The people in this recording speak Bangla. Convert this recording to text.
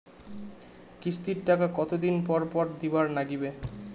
কিস্তির টাকা কতোদিন পর পর দিবার নাগিবে?